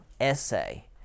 essay